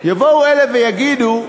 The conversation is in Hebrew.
יבואו אלה ויגידו,